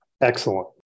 Excellent